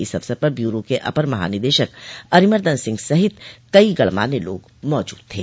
इस अवसर पर ब्यूरो के अपर महानिदेशक अरिमर्दन सिंह सहित कई गणमान्य लोग मौजूद थे